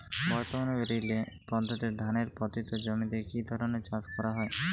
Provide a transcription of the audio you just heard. বর্তমানে রিলে পদ্ধতিতে ধানের পতিত জমিতে কী ধরনের চাষ করা হয়?